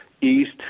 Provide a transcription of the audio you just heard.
east